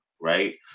right